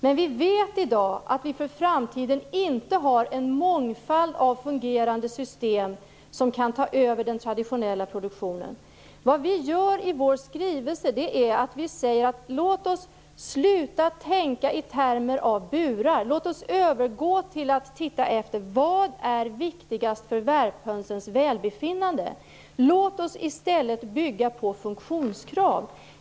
Men vi vet i dag att vi för framtiden inte har en mångfald av fungerande system som kan ta över den traditionella produktionen. Vad vi gör i vår skrivelse är att vi säger: Låt oss sluta tänka i termer av burar. Låt oss övergå till att titta efter vad som är viktigast för värphönsens välbefinnande. Låt oss i stället bygga på funktionskrav.